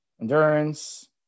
endurance